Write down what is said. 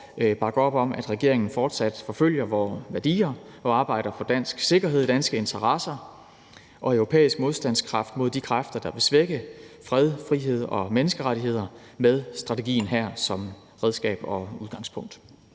bakke op om, at regeringen fortsat forfølger vore værdier og arbejder for dansk sikkerhed, danske interesser og europæisk modstandskraft mod de kræfter, der vil svække fred, frihed og menneskerettigheder, med strategien her som redskab og udgangspunkt.